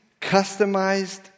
customized